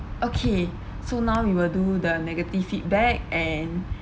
okay so now we will do the negative feedback and